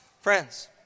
friends